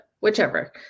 Whichever